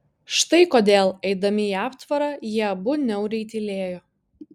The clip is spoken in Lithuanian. štai kodėl eidami į aptvarą jie abu niauriai tylėjo